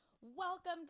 Welcome